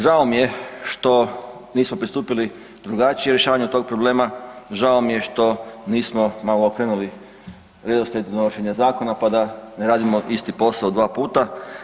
Žao mi je što nismo pristupili drugačije rješavanju tog problema, žao mi je što nismo malo okrenuli redoslijed donošenja zakona pa da ne radimo isti pitao dva puta.